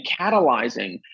catalyzing